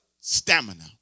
Stamina